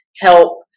help